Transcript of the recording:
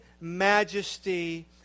majesty